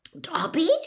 Dobby